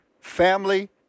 family